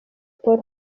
paul